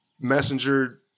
messenger